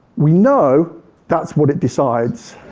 we know that's what it decides.